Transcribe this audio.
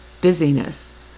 busyness